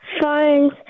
Phones